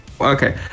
Okay